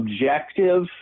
objective